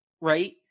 right